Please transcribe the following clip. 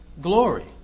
glory